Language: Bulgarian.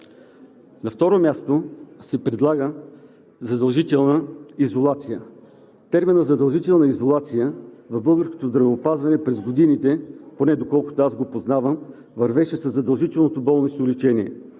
На второ място се предлага задължителна изолация. Терминът „задължителна изолация“ в българското здравеопазване през годините, поне доколкото аз го познавам, вървеше със задължителното болнично лечение,